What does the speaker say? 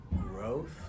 growth